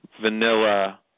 vanilla